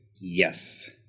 Yes